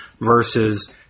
versus